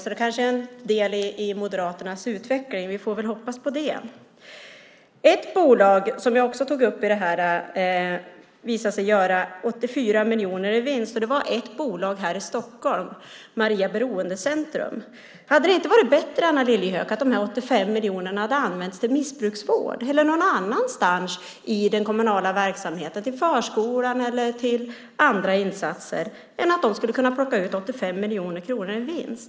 Det kanske är en del i Moderaternas utveckling. Vi får väl hoppas på det. Ett bolag, som jag också tog upp, visade sig göra 84 miljoner i vinst. Det var ett bolag här i Stockholm, Maria Beroendecentrum. Hade det inte varit bättre, Anna Lilliehöök, att de här 84 miljonerna hade använts till missbrukarvård eller någon annanstans i den kommunala verksamheten, till förskolan eller till andra insatser, än att man skulle kunna plocka ut 84 miljoner kronor i vinst?